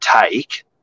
take